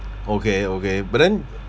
okay okay but then